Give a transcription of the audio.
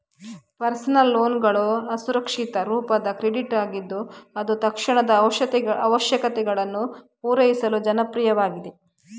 personal ಲೋನ್ಗಳು ಅಸುರಕ್ಷಿತ ರೂಪದ ಕ್ರೆಡಿಟ್ ಆಗಿದ್ದು ಅದು ತಕ್ಷಣದ ಅವಶ್ಯಕತೆಗಳನ್ನು ಪೂರೈಸಲು ಜನಪ್ರಿಯವಾಗಿದೆ